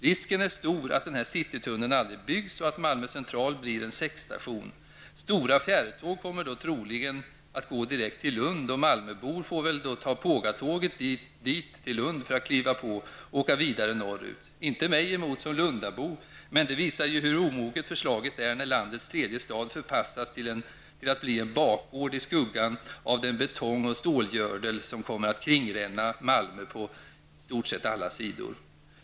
Risken är stor att denna citytunnel aldrig byggs och att Malmö central blir en säckstation. Lund, och malmöbor får ta Pågatåget till Lund och kliva på där för att åka vidare norrut. Inte mig emot som lundabo, men det visar ju hur omoget förslaget är när landets tredje stad förpassas till att bli en bakgård i skuggan av den betong och stålgördel som kommer att kringränna Malmö på i stort sett alla sidor.